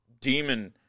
demon